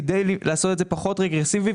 כדי לעשות את זה פחות רגרסיבי,